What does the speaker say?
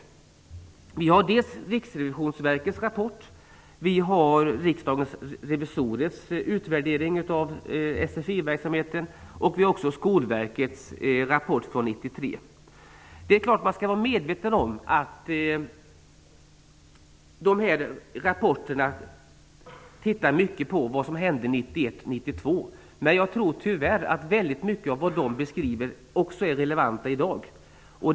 Där har vi Riksrevisionsverkets rapport, vi har Man skall vara medveten om att dessa rapporter tittar mycket på vad som hände 1991 och 1992. Men jag tror tyvärr att mycket av vad de beskriver även är relevant i dag.